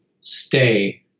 stay